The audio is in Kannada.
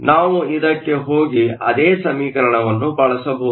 ನಾವು ಹಿಂದಕ್ಕೆ ಹೋಗಿ ಅದೇ ಸಮೀಕರಣವನ್ನು ಬಳಸಬಹುದು